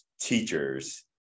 teachers